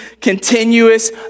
continuous